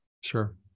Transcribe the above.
Sure